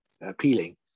appealing